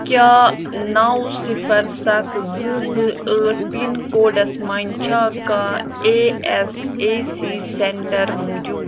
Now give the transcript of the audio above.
کیٛاہ نَو صِفَر سَتھ زٕ زٕ ٲٹھ پِن کوڈس مَنٛز چھےٚ کانٛہہ A S A C centre موٗجوٗد